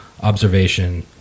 observation